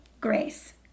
grace